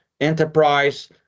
Enterprise